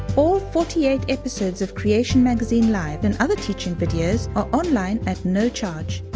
all forty eight episodes of creation magazine live! and other teaching videos are online at no charge.